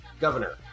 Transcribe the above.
governor